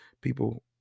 People